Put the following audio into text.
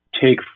take